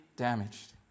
damaged